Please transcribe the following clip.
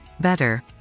Better